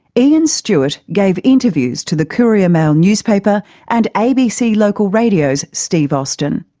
ian stewart gave interviews to the courier mail newspaper and abc local radio's steve austin.